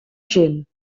gent